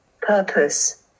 purpose